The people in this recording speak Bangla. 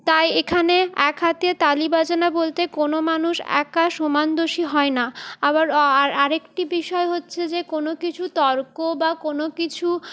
তাই এখানে এক হাতে তালি বাজে না বলতে কোনো মানুষ একা সমান দোষী হয় না আবার আরেকটি বিষয় হচ্ছে যে কোনো কিছু তর্ক বা কোনো কিছু